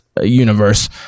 universe